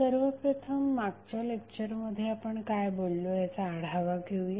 सर्वप्रथम मागच्या लेक्चरमध्ये आपण काय बोललो याचा आढावा घेऊया